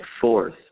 force